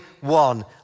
one